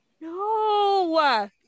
no